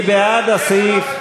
מי בעד הסעיף?